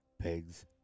pigs